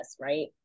right